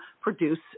produce